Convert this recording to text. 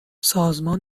سازمان